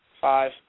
five